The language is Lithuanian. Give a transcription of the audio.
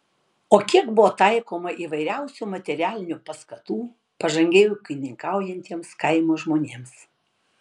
o kiek buvo taikoma įvairiausių materialinių paskatų pažangiai ūkininkaujantiems kaimo žmonėms